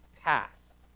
passed